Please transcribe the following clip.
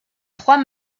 trois